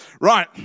Right